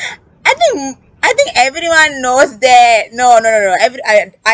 I think I think everyone knows that no no no no every~ I I